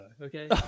okay